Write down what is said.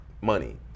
money